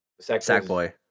Sackboy